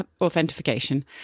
authentication